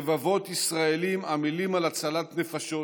רבבות ישראלים עמלים על הצלת נפשות,